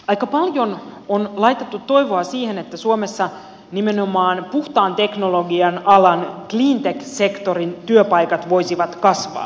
aika paljon on laitettu toivoa siihen että suomessa nimenomaan puhtaan teknologian alan cleantech sektorin työpaikat voisivat kasvaa